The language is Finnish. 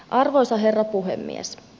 arvoisa herra puhemies